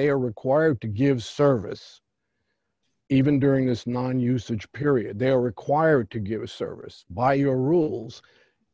they are required to give service even during this non usage period they're required to give us service by your rules